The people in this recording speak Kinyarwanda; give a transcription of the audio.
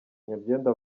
nyabyenda